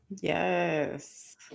yes